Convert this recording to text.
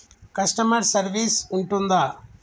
Customer service ఉంటుందా?